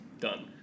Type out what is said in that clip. done